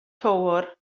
töwr